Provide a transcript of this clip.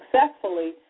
successfully